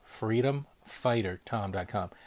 FreedomFighterTom.com